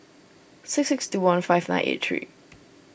six six two one five nine eight three